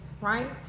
right